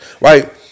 Right